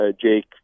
Jake